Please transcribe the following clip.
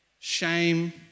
shame